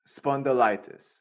spondylitis